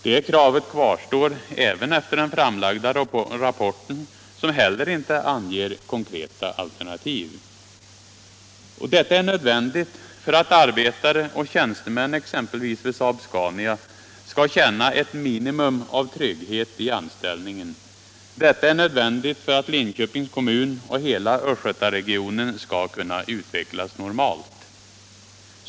Det kravet kvarstår även efter den framlagda rapporten, som heller inte anger konkreta alternativ. Detta är nödvändigt för att arbetare och tjänstemän exempelvis vid SAAB-SCANIA skall känna ett minimum av trygghet i anställningen. Detta är nödvändigt för att Linköpings kommun och hela östgötaregionen skall kunna utvecklas normalt.